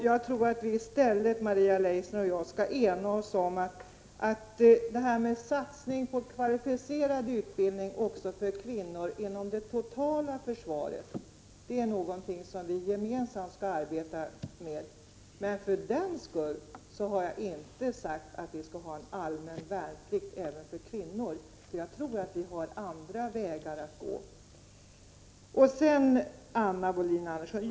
Jag tror att Maria Leissner och jag i stället skall enas om att satsningen på kvalificerad utbildning för kvinnor också inom det totala försvaret är någonting som vi gemensamt skall arbeta med. Men för den skull har jag inte sagt att vi skall ha allmän värnplikt även för kvinnor. Jag tror att vi har andra vägar att gå. Sedan några ord till Anna Wohlin-Andersson.